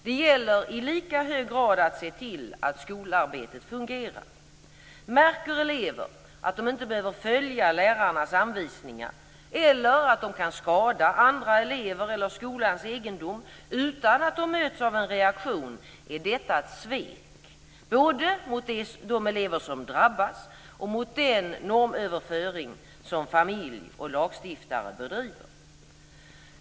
Det gäller i lika hög grad att se till att skolarbetet fungerar. Märker elever att de inte behöver följa lärarnas anvisningar eller att de kan skada andra elever eller skolans egendom utan att de möts av en reaktion är detta ett svek både mot de elever som drabbas och mot den normöverföring som familj och lagstiftare bedriver.